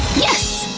yes!